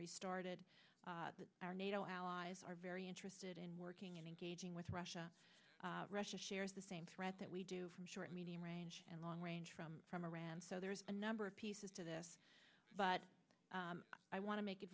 restarted our nato allies are very interested in working engaging with russia russia shares the same threat that we do from short medium range and long range from iran so there are a number of pieces to this but i want to make it